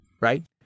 Right